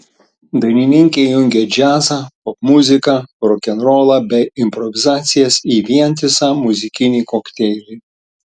dainininkė jungia džiazą popmuziką rokenrolą bei improvizacijas į vientisą muzikinį kokteilį